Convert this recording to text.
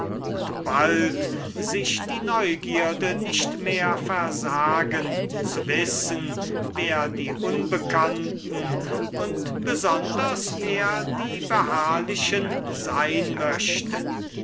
und bald sich die neugierde nicht mehr versagen zu wissen wer die unbekannten und besonders wer die beharrlichen sein möchten